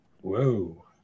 Whoa